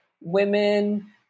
women